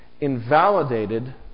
invalidated